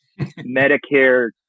Medicare